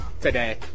today